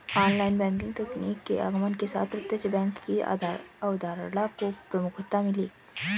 online banking तकनीक के आगमन के साथ प्रत्यक्ष बैंक की अवधारणा को प्रमुखता मिली